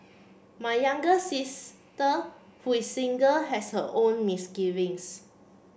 my younger sister who is single has her own misgivings